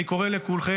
אני קורא לכולכם,